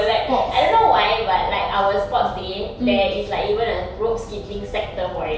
like I don't know why but like our sports day there is like even a rope skipping sector for it